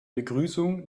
begrüßung